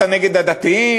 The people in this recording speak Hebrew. אתה נגד הדתיים?